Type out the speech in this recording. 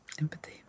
Empathy